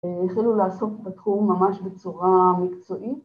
‫החלו לעסוק בתחום ‫ממש בצורה מקצועית.